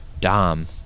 Dom